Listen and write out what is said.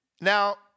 Now